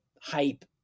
hype